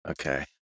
Okay